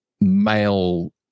male